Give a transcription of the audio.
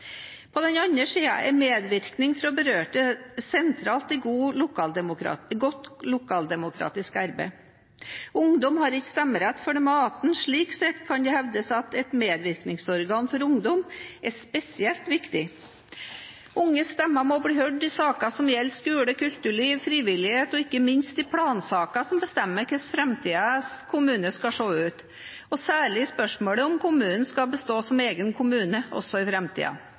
På den andre siden er medvirkning fra berørte sentralt i godt lokaldemokratisk arbeid. Ungdom har ikke stemmerett før de er 18. Slik sett kan det hevdes at et medvirkningsorgan for ungdom er spesielt viktig. Unges stemmer må bli hørt i saker som gjelder skole, kulturliv, frivillighet og ikke minst i plansaker som bestemmer hvordan framtidens kommune skal se ut, og særlig i spørsmålet om kommunen skal bestå som egen kommune også i